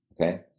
okay